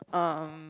um